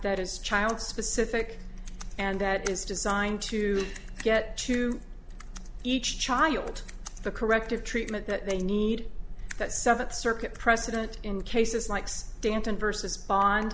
that is child specific and that is designed to get to each child the corrective treatment that they need that seventh circuit precedent in cases likes danton versus bond